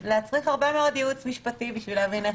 להצריך הרבה מאוד ייעוץ משפטי בשביל איך